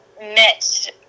met